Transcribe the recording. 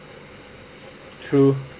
true